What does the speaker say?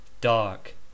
Dark